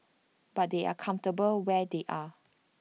but they are comfortable where they are